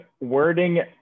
wording